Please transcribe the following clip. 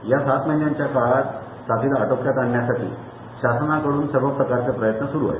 या सहा महिन्यांच्या काळात साथीला आटोक्यात आणण्यासाठी षासनाकडून सर्व प्रकारचे प्रयत्न स्रू आहेत